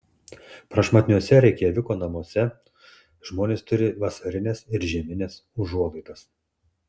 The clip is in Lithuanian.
prašmatniuose reikjaviko namuose žmonės turi vasarines ir žiemines užuolaidas